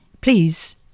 Please